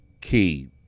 key